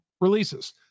releases